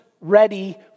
ready